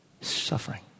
Suffering